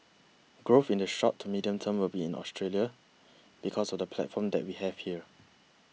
growth in the short to medium term will be in Australia because of the platform that we have here